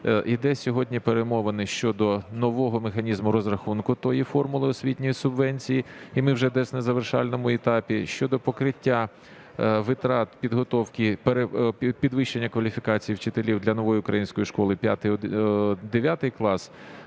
Йдуть сьогодні перемовини щодо нового механізму розрахунку тої формули освітньої субвенції, і ми вже десь на завершальному етапі, щодо покриття витрат підготовки підвищення кваліфікації вчителів для "Нової української школи" 5-9 класи.